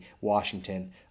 Washington